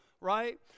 right